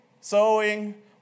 sowing